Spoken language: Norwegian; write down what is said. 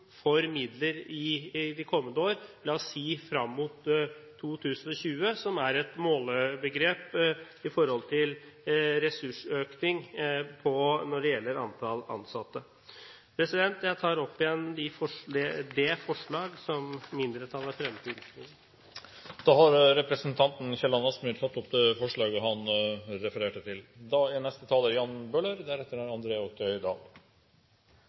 for midler i de kommende år, la oss si fram mot 2020, som er et målebegrep i forhold til resurssøkning når det gjelder antall ansatte? Jeg tar opp det forslaget som mindretallet har fremmet i innstillingen. Representanten Hans Frode Kielland Asmyhr har tatt opp det forslaget han refererte til.